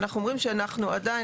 אנחנו עדיין,